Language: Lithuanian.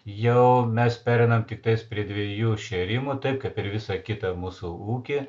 jau mes pereinam tiktais prie dviejų šėrimų taip kaip ir visą kitą mūsų ūkį